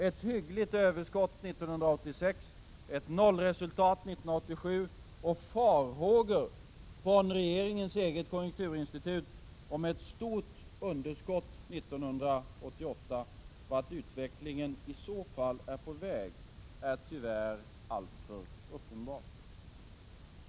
Ett hyggligt överskott 1986, ett nollresultat 1987 och farhågor från regeringens eget konjunkturinstitut om ett stort underskott 1988 — vart utvecklingen i så fall är på väg är tyvärr alltför uppenbart.